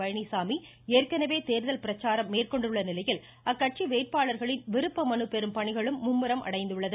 பழனிசாமி ஏற்கனவே தேர்தல் பிரச்சாரம் மேற்கொண்டுள்ள நிலையில் அக்கட்சி வேட்பாளர்களின் விருப்ப மனு பெறும் பணிகளும் மும்முரம் அடைந்துள்ளது